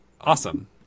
awesome